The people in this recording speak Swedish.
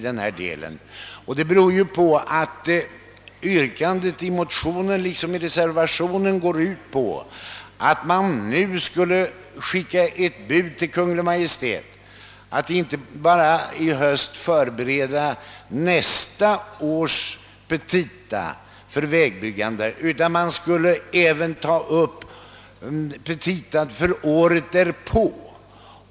Detta beror på förslaget i motionen liksom i reservationen, att riksdagen nu skulle skicka ett bud till Kungl. Maj:t om att i höst inte bara förbereda nästa års anslag till vägbyggandet, utan även bereda petita för året därpå.